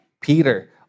Peter